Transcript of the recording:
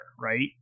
right